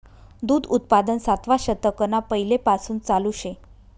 दूध उत्पादन सातवा शतकना पैलेपासून चालू शे